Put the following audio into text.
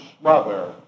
smother